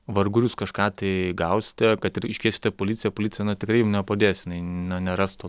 vargu ar jūs kažką tai gausite kad ir iškvieste policiją plicija na tikrai jum nepadės jinai na neras to